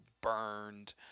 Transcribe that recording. burned